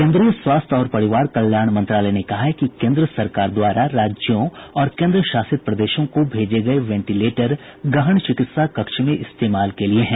केन्द्रीय स्वास्थ्य और परिवार कल्याण मंत्रालय ने कहा है कि केन्द्र सरकार द्वारा राज्यों और केन्द्रशासित प्रदेशों को भेजे गए वेंटीलेटर गहन चिकित्सा कक्ष में इस्तेमाल के लिए हैं